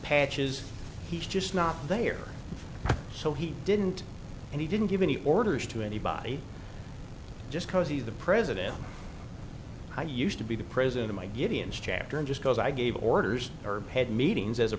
patches he's just not there so he didn't and he didn't give any orders to anybody just cuz he's the president i used to be the president of my gideon's chapter and just goes i gave orders or had meetings as a